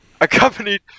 Accompanied